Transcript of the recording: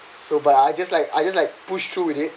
so but I just like I just like pushed through with it